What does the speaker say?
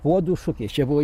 puodų šukės čia buvo